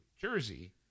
Jersey